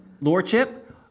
Lordship